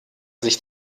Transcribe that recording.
sich